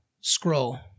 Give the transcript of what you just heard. scroll